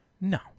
No